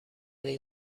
این